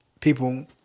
People